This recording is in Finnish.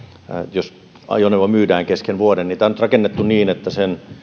jos ajoneuvo myydään kesken vuoden tämä on nyt rakennettu niin että sen